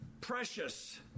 precious